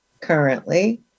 currently